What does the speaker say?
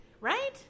Right